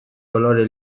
kolore